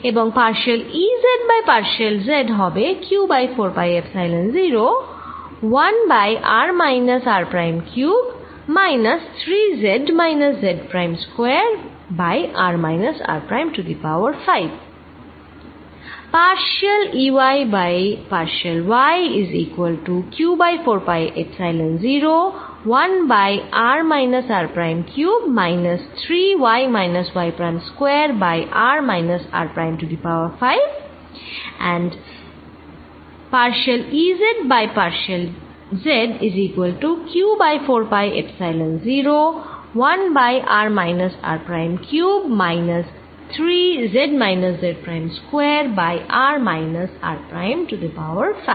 এবং partial Ez by partial z হবে q by 4 pi epsilon 0 1 by r minus r prime cube minus 3 z minus z prime square by r minus r prime to the power 5